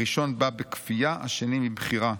הראשון בא בכפייה, השני מבחירה.